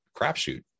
crapshoot